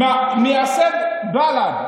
מייסד בל"ד,